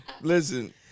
listen